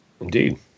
Indeed